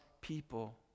people